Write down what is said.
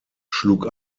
schlug